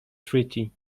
treaty